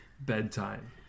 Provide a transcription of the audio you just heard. bedtime